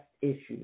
issues